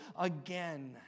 again